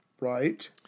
Right